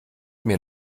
mir